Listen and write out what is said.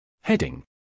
Heading